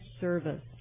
service